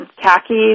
khakis